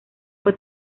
fue